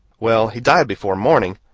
well, he died before morning.